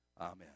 Amen